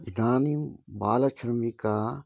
इदानीं बालश्रमिका